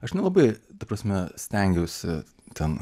aš nelabai ta prasme stengiausi ten